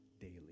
daily